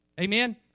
Amen